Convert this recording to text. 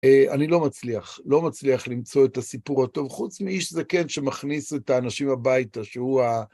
אני לא מצליח, לא מצליח למצוא את הסיפור הטוב, חוץ מאיש זקן שמכניס את האנשים הביתה, שהוא ה...